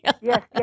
yes